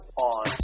On